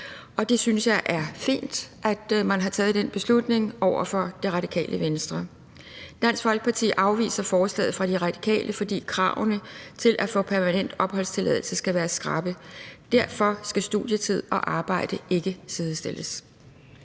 Og jeg synes, det er fint, at man har taget den beslutning over for Radikale Venstre. Dansk Folkeparti afviser forslaget fra De Radikale, fordi kravene til at få permanent opholdstilladelse skal være skrappe. Derfor skal studietid og arbejde ikke sidestilles.